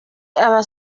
aba